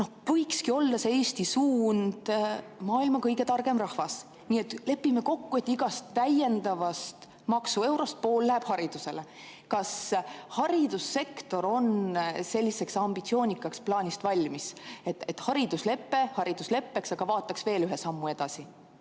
võikski olla Eesti suund olla maailma kõige targem rahvas. Nii et lepime kokku, et igast täiendavast maksueurost pool läheb haridusele. Kas haridussektor on selliseks ambitsioonikaks plaaniks valmis? Hariduslepe haridusleppeks, aga vaataks veel ühe sammu edasi?